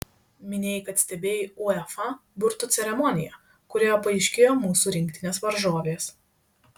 minėjai kad stebėjai uefa burtų ceremoniją kurioje paaiškėjo mūsų rinktinės varžovės